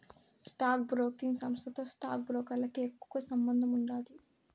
stock broking సంస్థతో stock బ్రోకర్లకి ఎక్కువ సంబందముండాది